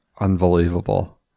Unbelievable